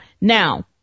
Now